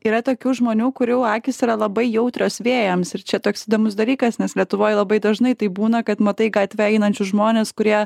yra tokių žmonių kurių akys yra labai jautrios vėjams ir čia toks įdomus dalykas nes lietuvoj labai dažnai taip būna kad matai gatve einančius žmones kurie